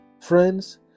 Friends